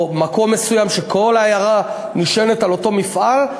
או מקום מסוים ששם כל העיירה נשענת על אותו מפעל,